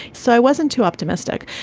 so i wasn't too optimistic.